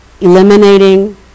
eliminating